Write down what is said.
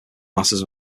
matters